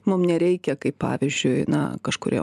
mum nereikia kaip pavyzdžiui na kažkurio